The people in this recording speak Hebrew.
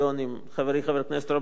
חברי חבר הכנסת רוברט טיבייב.